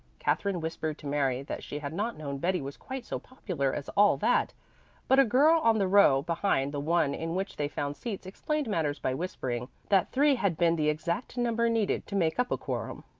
katherine whispered to mary that she had not known betty was quite so popular as all that but a girl on the row behind the one in which they found seats explained matters by whispering that three had been the exact number needed to make up a quorum.